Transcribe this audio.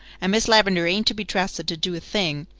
and miss lavendar ain't to be trusted to do a thing.